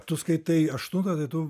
tu skaitai aštuntą tai tu